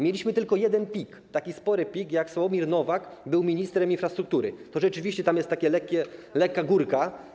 Mieliśmy tylko jeden pik, taki spory pik, jak Sławomir Nowak był ministrem infrastruktury, to rzeczywiście tam jest lekka górka.